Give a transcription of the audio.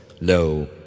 Lo